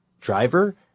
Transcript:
driver